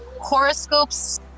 horoscopes